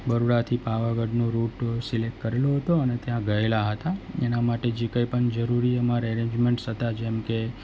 બરોડાથી પાવાગઢનો route select કરેલો હતો અને ત્યાં ગયેલા હતા એના માટે જે કંઈ પણ જરૂરી અમારે એરેન્જમેન્ટસ હતા જેમકે